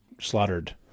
slaughtered